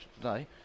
today